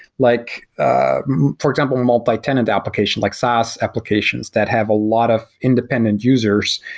like ah for example, a multitenant application like, saas applications that have a lot of independent users.